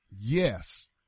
Yes